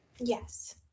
Yes